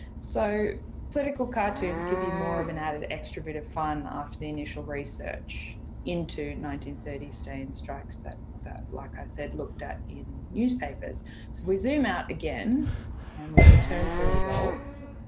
so political cartoons could be more of an added extra bit of fun after the initial research into nineteen thirty s stay-in strikes that that like i said, looked at in newspapers. so we zoom out again and we return to results.